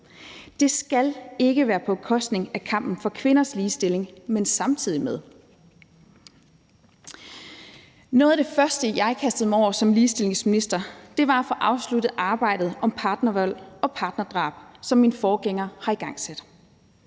Det skal ikke være på bekostning af kampen for kvinders ligestilling, men skal ske samtidig med den. Noget af det første, jeg kastede mig over som ligestillingsminister, var at få afsluttet arbejdet i forhold til partnervold og partnerdrab, som min forgænger har igangsat.